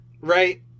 right